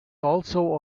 also